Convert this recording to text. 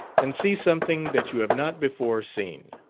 and see something that you have not before seen.